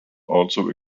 also